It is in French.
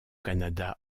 canada